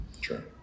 Sure